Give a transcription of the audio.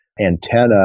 antenna